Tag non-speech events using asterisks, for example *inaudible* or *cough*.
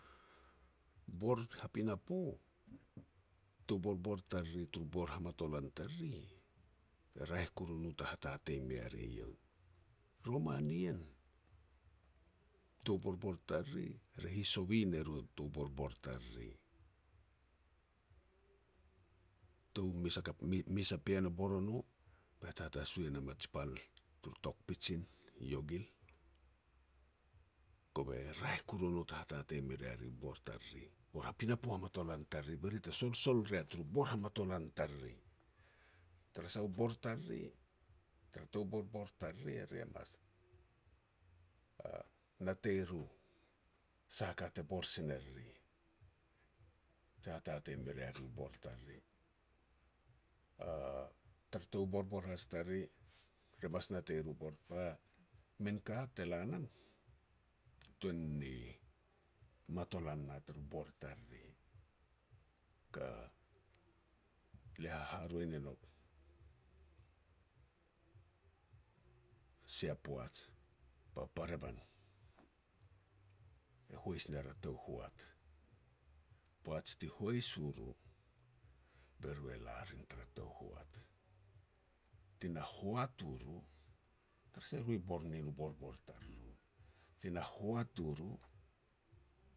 Bor ha pinapo, tou borbor tariri turu bor hamaton tariri, e raeh koru no ta hatatei me ri eiau. Roman ien, tou borbor tariri, ri hisovi ne ru a tou borbor i tariri. Tou mes a kap *unintelligible* mes a pean e bor o no, bete hatasu e nam a ji pal turu tok pidgin i iogil. Kove raeh koru no te hatatei me rea ri u bor tariri, bor ha pinapo hamatolan tariri, be ri te solsol rea taru bor hamatolan tariri. Tara sah, u bor tariri, tara tou borbor tariri, e ri e mas *hesitation* natei ro sah a ka te bor sin e riri, te hatatei me rea ri u borbor tariri. *hesitation* Tara tou borbor has tariri, re mas natei ro bor tar minika te la nam te tuan ni matolan na turu bor i tariri ka. *hesitation* Lia haharoi ne nouk, asia poaj ba barevan e hois ner a tou hoat. Poaj ti hois u ru, be ru e la rin tara tou hoat. Ti na hoat u ru, tara sah e ru bor nin u borbor i tariru, ti na hoat u ru,